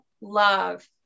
love